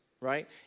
right